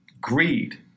greed